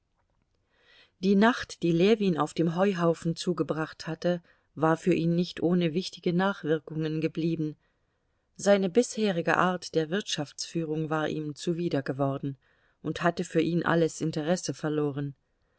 die nacht die ljewin auf dem heuhaufen zugebracht hatte war für ihn nicht ohne wichtige nachwirkungen geblieben seine bisherige art der wirtschaftsführung war ihm zuwider geworden und hatte für ihn alles interesse verloren